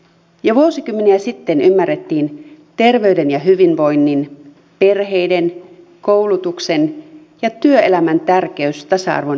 jo vuosikymmeniä sitten ymmärrettiin terveyden ja hyvinvoinnin perheiden koulutuksen ja työelämän tärkeys tasa arvon edistämisessä